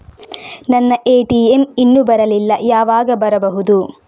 ನನ್ನ ಎ.ಟಿ.ಎಂ ಇನ್ನು ಬರಲಿಲ್ಲ, ಯಾವಾಗ ಬರಬಹುದು?